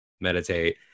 meditate